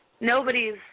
nobody's